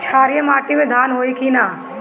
क्षारिय माटी में धान होई की न?